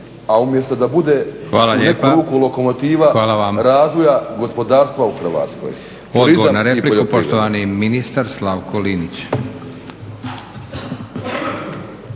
Hvala lijepa. Hvala vam